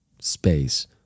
space